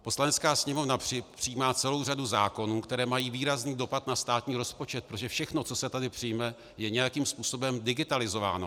Poslanecká sněmovna přijímá celou řadu zákonů, které mají výrazný dopad na státní rozpočet, protože všechno, co se tady přijme, je nějakým způsobem digitalizováno.